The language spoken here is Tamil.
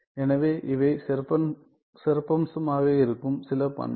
எனவே இவை சிறப்பம்சமாக இருக்கும் சில பண்புகள்